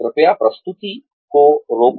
कृपया प्रस्तुति को रोके